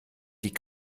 die